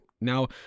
now